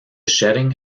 shedding